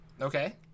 Okay